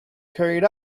carried